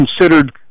considered